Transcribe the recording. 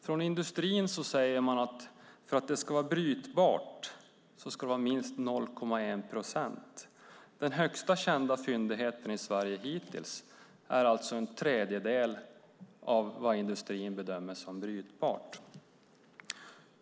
Från industrin säger man att det för att vara brytbart ska vara minst 0,1 procent. Den hittills högsta kända uranhalten i Sverige ligger alltså på en tredjedel av vad industrin bedömer som brytbart.